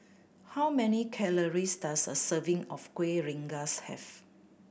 how many calories does a serving of Kueh Rengas have